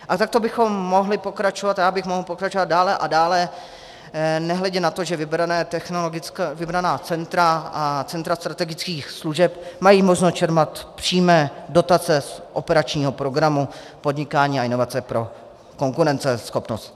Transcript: A takto bychom mohli pokračovat a já bych mohl pokračovat dále a dále, nehledě na to, že vybraná centra a centra strategických služeb mají možnost čerpat přímé dotace operačního programu Podnikání a inovace pro konkurenceschopnost.